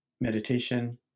meditation